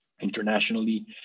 Internationally